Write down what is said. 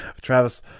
Travis